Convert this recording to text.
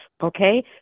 Okay